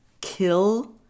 kill